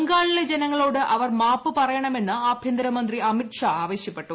ബംഗാളിലെ ജനങ്ങളോട് അവർ മാപ്പ് പറയണമെന്ന് ആഭ്യന്തരമന്ത്രി അമിത്ഷാ ആവശ്യപ്പെട്ടു